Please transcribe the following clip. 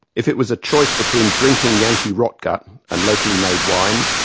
if it was a choice between drinking yankee rotgut and locally made wine,